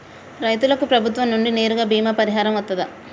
రైతులకు ప్రభుత్వం నుండి నేరుగా బీమా పరిహారం వత్తదా?